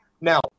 Now